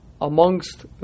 Amongst